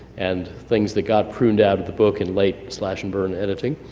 and things that got pruned out of the book in late slash-and-burn editing.